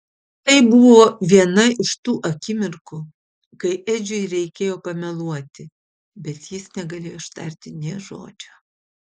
tai buvo viena iš tų akimirkų kai edžiui reikėjo pameluoti bet jis negalėjo ištarti nė žodžio